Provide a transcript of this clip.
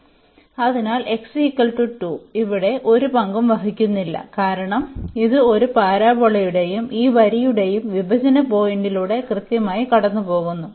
അതിനാൽ x2 ഇവിടെ ഒരു പങ്കും വഹിക്കുന്നില്ല കാരണം ഇത് ഈ പരാബോളയുടെയും ഈ വരിയുടെയും വിഭജന പോയിന്റിലൂടെ കൃത്യമായി കടന്നുപോകുന്നു